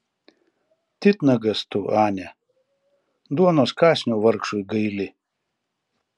titnagas tu ane duonos kąsnio vargšui gaili